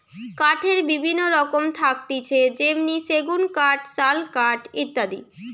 কাঠের বিভিন্ন রকম থাকতিছে যেমনি সেগুন কাঠ, শাল কাঠ ইত্যাদি